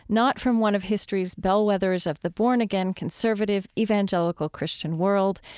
not from one of history's bellwethers of the born-again, conservative, evangelical christian world,